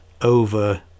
over